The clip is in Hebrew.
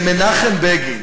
שמנחם בגין